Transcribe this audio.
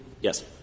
Yes